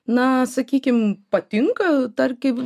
na sakykim patinka tarkim